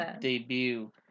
debut